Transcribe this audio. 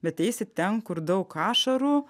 bet eisit ten kur daug ašarų